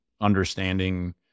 understanding